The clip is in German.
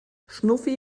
schnuffi